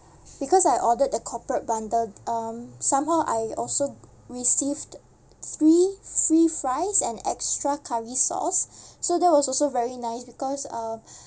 because I ordered the corporate bundle um somehow I also received three free fries and extra curry sauce so that was also very nice because uh